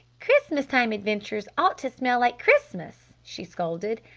christmas time adventures ought to smell like christmas! she scolded.